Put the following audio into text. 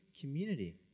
community